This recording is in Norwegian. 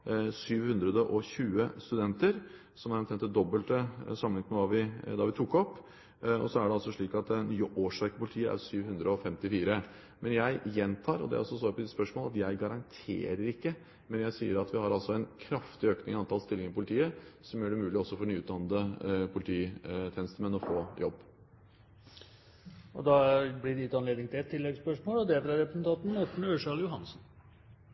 studenter, som er omtrent det dobbelte sammenlignet med da vi tok over. Så er det altså slik at antall nye årsverk i politiet er 754. Jeg gjentar, og det er også svaret på spørsmålet, at jeg garanterer ikke, men jeg sier at vi har en kraftig økning i antall stillinger i politiet, som gjør det mulig også for nyutdannede polititjenestemenn å få jobb. Det blir gitt anledning til ett oppfølgingsspørsmål – Morten Ørsal Johansen. Jeg skal ikke kommentere statsministerens talltriksing med årsverk. Jeg vil derimot utfordre statsministeren litt, for han er